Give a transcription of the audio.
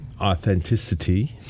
Authenticity